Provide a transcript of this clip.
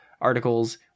articles